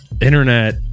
internet